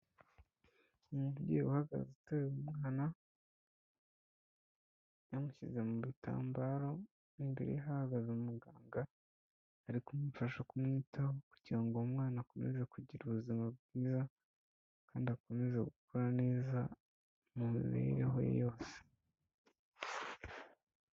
Umubyeyi uhagaze uteruye umwana, yamushyize mu bitambaro, imbere ye hahagaze umuganga, ari kumufasha kumwitaho kugira ngo uwo mwana akomeze kugira ubuzima bwiza, kandi akomeze gukora neza mu mibereho ye yose.